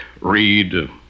read